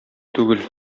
түгел